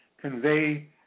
convey